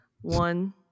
One